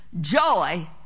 Joy